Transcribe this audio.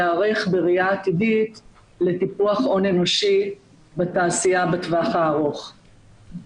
להיערך בראייה עתידית לטיפוח הון אנושי בתעשייה בטווח הארוך.